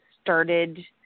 started